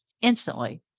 instantly